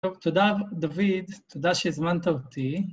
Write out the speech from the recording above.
‫טוב, תודה, דוד. ‫תודה שהזמנת אותי.